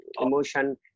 emotion